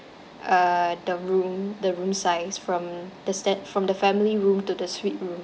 uh the room the room size from the stand~ from the family room to the suite room